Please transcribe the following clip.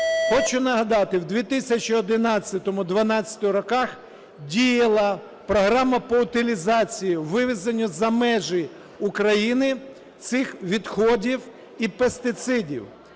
Хочу нагадати, в 2011-2012 роках діяла програма по утилізації, вивезенню за межі України цих відходів і пестицидів.